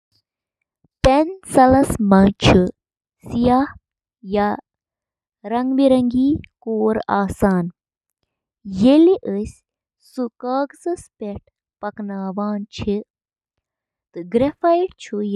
اکھ digital camera, یتھ digicam تہِ ونان چھِ، چھُ اکھ کیمرا یُس ڈیجیٹل میموری منٛز فوٹو رٹان چھُ۔ ایمِچ کٲم چِھ کُنہِ چیزٕ یا موضوع پیٹھہٕ لائٹ ایکہِ یا زیادٕہ لینزٕ کہِ ذریعہِ کیمراہس منز گزران۔ لینس چھِ گاشَس کیمراہَس منٛز ذخیرٕ کرنہٕ آمٕژ فلمہِ پٮ۪ٹھ توجہ دِوان۔